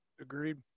Agreed